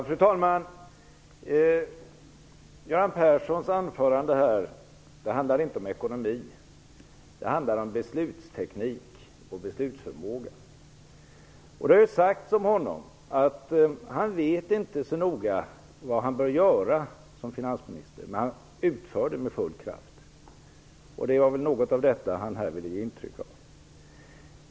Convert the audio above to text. Fru talman! Göran Perssons anförande handlade inte om ekonomi, utan om beslutsteknik och beslutsförmåga. Det har sagts om honom att han inte vet så noga vad han bör göra som finansminister men att han utför det med full kraft. Det var väl något av detta han här ville ge intryck av.